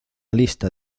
lista